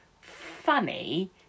funny